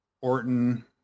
orton